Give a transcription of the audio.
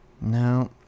No